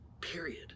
period